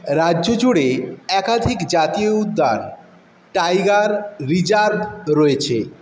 রাজ্য জুড়ে একাধিক জাতীয় উদ্যান টাইগার রিজার্ভ রয়েছে